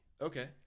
Okay